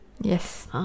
yes